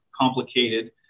complicated